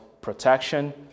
protection